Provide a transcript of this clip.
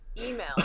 email